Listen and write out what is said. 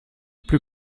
plus